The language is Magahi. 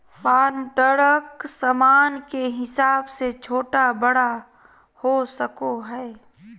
फार्म ट्रक सामान के हिसाब से छोटा बड़ा हो सको हय